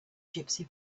gypsy